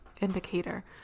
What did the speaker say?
indicator